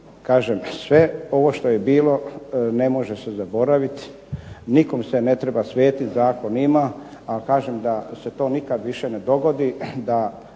Kažem, sve ovo što je bilo ne može se zaboraviti. Nikom se ne treba svetiti, zakon ima. A kažem da se to nikad više ne dogodi, da